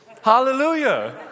Hallelujah